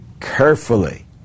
carefully